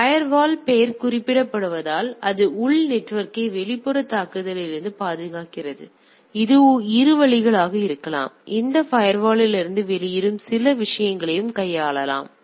எனவே ஃபயர்வால் பெயர் குறிப்பிடுவதால் அது உள் நெட்வொர்க்கை வெளிப்புற தாக்குதலில் இருந்து பாதுகாக்கிறது இது இரு வழிகளாகவும் இருக்கலாம் இந்த ஃபயர்வாலிலிருந்து வெளியேறும் சில விஷயங்களையும் கையாளலாம்